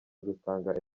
rutanga